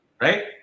Right